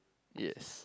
yes